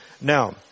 Now